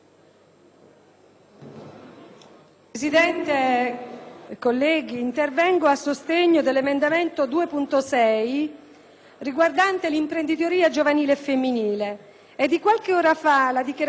Presidente, colleghi, intervengo a sostegno dell'emendamento 2.6 riguardante l'imprenditoria giovanile femminile. È di qualche ora fa la dichiarazione del ministro Zaia